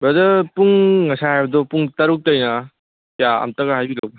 brother ꯄꯨꯡ ꯉꯁꯥꯏ ꯍꯥꯏꯕꯗꯣ ꯄꯨꯡ ꯇꯔꯨꯛꯇꯩꯅ ꯀꯌꯥ ꯑꯝꯇꯒ ꯍꯥꯏꯕꯤꯔꯛꯎꯕ